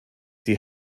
die